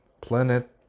planet